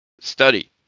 study